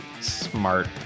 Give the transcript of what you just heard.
smart